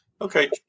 Okay